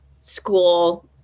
school